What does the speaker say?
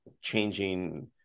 changing